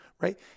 right